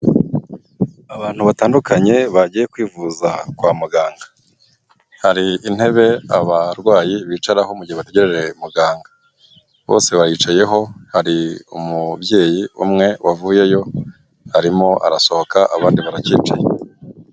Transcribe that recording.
Abantu batandukanye bagiye kwivuza kwa muganga. Hari intebe abarwayi bicaraho mugihe bategereje muganga. bose bayicayeho, hari umubyeyi umwe wavuyeyo arimo arasohoka abandi barakiyicaye.